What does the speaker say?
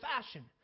fashion